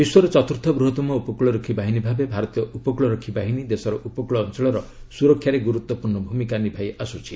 ବିଶ୍ୱର ଚତୁର୍ଥ ବୃହତ୍ତମ ଉପକୂଳରକ୍ଷୀ ବାହିନୀ ଭାବେ ଭାରତୀୟ ଉପକୂଳରକ୍ଷୀ ବାହିନୀ ଦେଶର ଉପକୂଳ ଅଞ୍ଚଳର ସୁରକ୍ଷାରେ ଗୁରୁତ୍ୱପୂର୍ଣ୍ଣ ଭୂମିକା ନିଭାଇ ଆସୁଛି